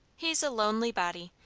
he's a lonely body,